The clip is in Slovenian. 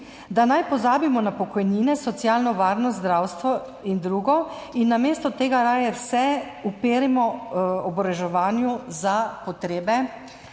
da naj pozabimo na pokojnine, socialno varnost, zdravstvo in drugo in namesto tega raje vse uperimo v oboroževanje za potrebe